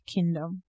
Kingdom